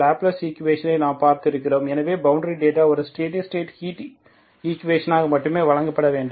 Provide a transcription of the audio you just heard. Laplace ஈக்குவேஷனை நாம் பார்த்திருக்கிறோம் எனவே பவுண்டரி டேட்டா ஒரு ஸ்டெடி ஸ்டேட் ஹீட் ஈக்குவேஷனாக மட்டுமே வழங்கப்பட வேண்டும்